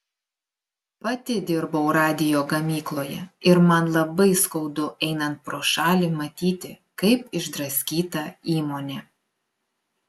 pati dirbau radijo gamykloje ir man labai skaudu einant pro šalį matyti kaip išdraskyta įmonė